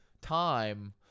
time